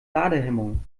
ladehemmungen